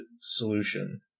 solution